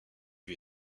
lui